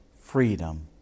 freedom